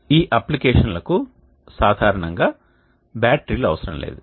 ఈ అప్లికేషన్లకు సాధారణంగా బ్యాటరీలు అవసరం లేదు